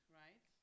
right